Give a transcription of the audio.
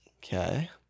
Okay